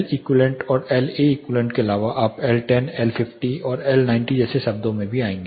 Leq और LAeq के अलावा आप L10 L50 और L90 जैसे शब्दों में भी आएंगे